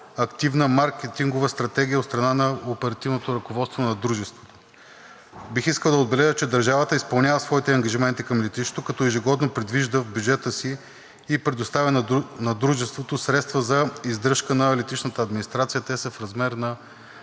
активна маркетингова стратегия от страна на оперативното ръководство на Дружеството. Бих искал да отбележа, че държавата изпълнява своите ангажименти към летището, като ежегодно предвижда в бюджета си и предоставя на Дружеството средства за издръжка на летищната администрация. Те са в размер на